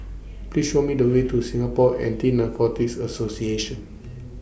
Please Show Me The Way to Singapore Anti Narcotics Association